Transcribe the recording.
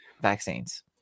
vaccines